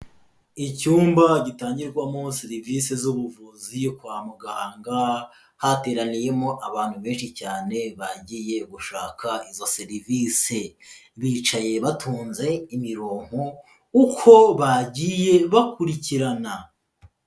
Icyumba gitangirwamo serivisi z'ubuvuzi yo kwa muganga, hateraniyemo abantu benshi cyane bagiye gushaka izo serivisi. Bicaye batonze imirongo uko bagiye bakurikirana.